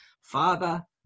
Father